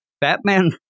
Batman